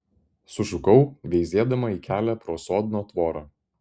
sušukau veizėdama į kelią pro sodno tvorą